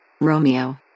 Romeo